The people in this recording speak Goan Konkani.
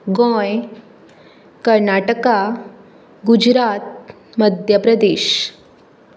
गोंय कर्नाटका गुजरात मध्यप्रदेश